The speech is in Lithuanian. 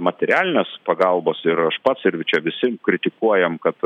materialinės pagalbos ir aš pats ir čia visi kritikuojam kad